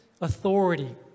Authority